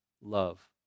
love